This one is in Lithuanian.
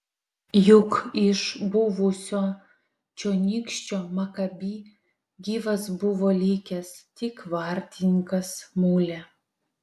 juk iš buvusio čionykščio makabi gyvas buvo likęs tik vartininkas mulė